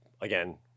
again